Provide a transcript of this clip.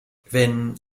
wenn